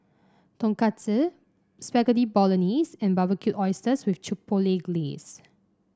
Tonkatsu Spaghetti Bolognese and Barbecued Oysters with Chipotle Glaze